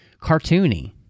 cartoony